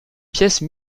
pièce